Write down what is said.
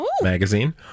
magazine